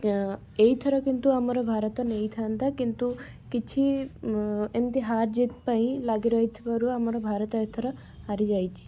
ଏଇଥର କିନ୍ତୁ ଆମର ଭାରତ ନେଇଥାଆନ୍ତା କିନ୍ତୁ କିଛି ଏମିତି ହାର ଜିତ ପାଇଁ ଲାଗି ରହିଥିବାରୁ ଆମର ଭାରତ ଏଥର ହାରିଯାଇଛି